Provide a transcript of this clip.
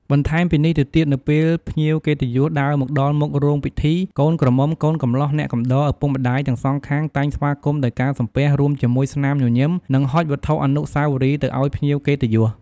បន្ថែមពីនេះទៅទៀត នៅពេលភ្ញៀវកិត្តិយសដើរមកដល់មុខរោងពិធី កូនក្រមុំកូនកំលោះ អ្នកកំដរ ឪពុកម្តាយទាំងសងខាងតែងស្វាគមន៍ដោយការសំពះរួមជាមួយស្នាមញញឹម និងហុចវត្ថុអនុស្សាវរីយ៍ទៅឲ្យភ្ញៀវកិត្តិយស។